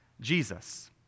Jesus